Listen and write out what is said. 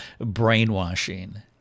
brainwashing